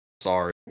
Sorry